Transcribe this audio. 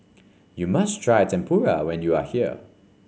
you must try Tempura when you are here